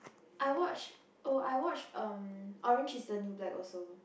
I watch oh I watch oh orange is the new black also